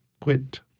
quit